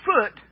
foot